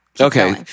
okay